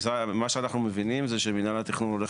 מה שאנחנו מבינים זה שמינהל התכנון הולך